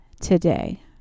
today